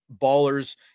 ballers